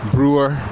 Brewer